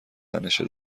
تنشه